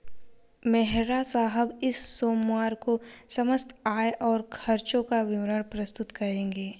मेहरा साहब इस सोमवार को समस्त आय और खर्चों का विवरण प्रस्तुत करेंगे